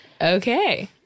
Okay